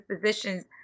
positions